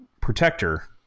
protector